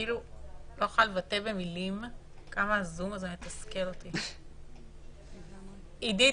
וחלק מהאנשים דווקא מעדיפים שזה יהיה במסגרת שעות העבודה שלהם,